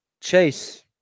Chase